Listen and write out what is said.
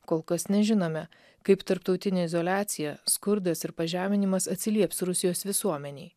kol kas nežinome kaip tarptautinė izoliacija skurdas ir pažeminimas atsilieps rusijos visuomenei